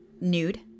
nude